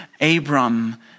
Abram